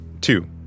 Two